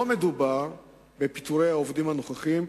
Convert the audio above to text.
לא מדובר בפיטורי העובדים הנוכחיים.